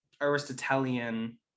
Aristotelian